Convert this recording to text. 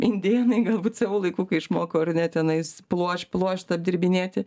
indėnai galbūt savo laiku kai išmoko ar ne tenais pluoš pluoštą apdirbinėti